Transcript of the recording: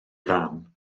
fam